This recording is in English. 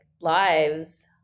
lives